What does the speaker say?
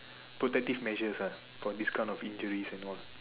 protective measures ah for this kind of injuries and all